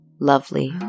lovely